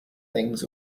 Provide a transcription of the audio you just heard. things